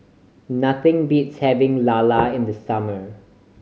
nothing beats having lala in the summer